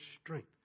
strength